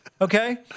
Okay